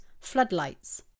floodlights